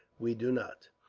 we do not.